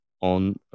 on